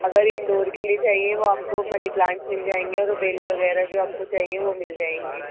اگر انڈور کے لیے چاہییں وہ آپ کو منی پلانٹس مل جائیں گے اور بیلے وغیرہ جو آپ کو چاہیے وہ مل جائیں گی